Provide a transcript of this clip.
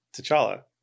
T'Challa